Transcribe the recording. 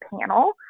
panel